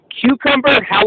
Cucumber